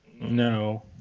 No